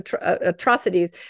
atrocities